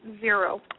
zero